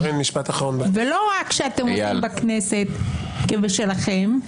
ולא רק שאתם עושים בכנסת כבשלכם,